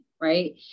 right